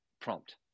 prompt